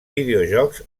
videojocs